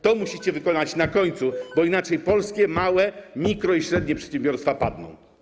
To musicie wykonać na końcu, bo inaczej polskie małe, mikro- i średnie przedsiębiorstwa padną.